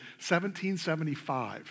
1775